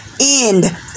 end